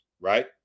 right